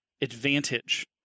advantage